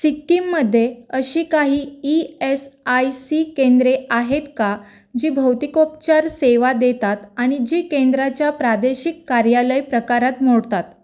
सिक्कीममध्ये अशी काही ई एस आय सी केंद्रे आहेत का जी भौतिकोपचार सेवा देतात आणि जी केंद्राच्या प्रादेशिक कार्यालय प्रकारात मोडतात